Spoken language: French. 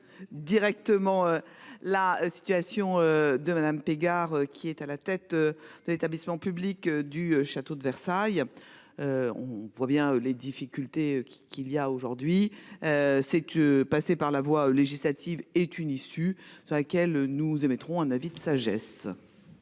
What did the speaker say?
vise directement la situation de Madame Pégard qui est à la tête. De l'établissement public du château de Versailles. On voit bien les difficultés qu'il y a aujourd'hui. C'est que passer par la voie législative est une issue sur laquelle nous émettrons un avis de sagesse.